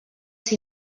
ser